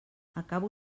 acabo